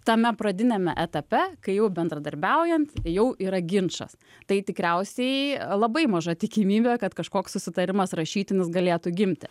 tame pradiniame etape kai jau bendradarbiaujant jau yra ginčas tai tikriausiai labai maža tikimybė kad kažkoks susitarimas rašytinis galėtų gimti